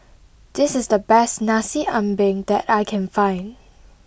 this is the best Nasi Ambeng that I can find